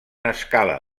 escala